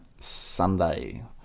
Sunday